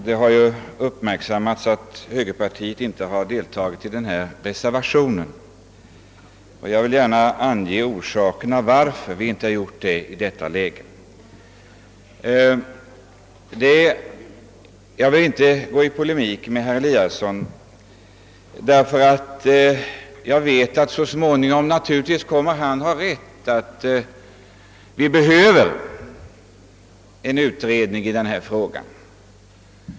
Herr talman! Det har uppmärksammats att högerpartiet inte har deltagit i reservationen, och jag vill gärna ange orsakerna till att vi inte gjort det i detta läge. Jag vill inte gå i polemik mot herr Eliasson i Sundborn, eftersom jag vet att han naturligtvis så småningom kom mer att få rätt i att det behövs en utredning i denna fråga.